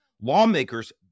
lawmakers